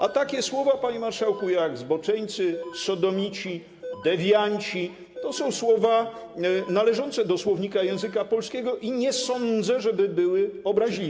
A takie słowa, panie marszałku, jak zboczeńcy, sodomici, dewianci, to są słowa należące do słownika języka polskiego i nie sądzę, żeby były obraźliwe.